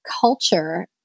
culture